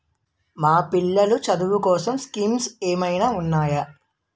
మా పిల్లలు చదువు కోసం స్కీమ్స్ ఏమైనా ఉన్నాయా?